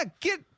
get